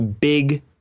big